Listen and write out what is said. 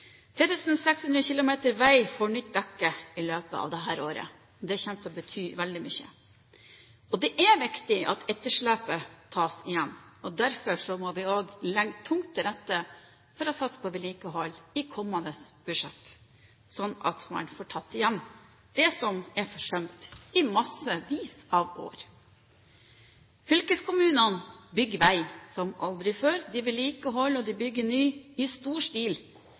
km vei får nytt dekke i løpet av dette året. Det kommer til å bety veldig mye. Det er viktig at etterslepet tas igjen. Derfor må vi også legge tungt til rette for å satse på vedlikehold i kommende budsjett, slik at man får tatt igjen det som er forsømt i massevis av år. Fylkeskommunene bygger vei som aldri før. De vedlikeholder og bygger ny i stor stil.